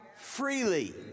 freely